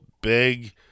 big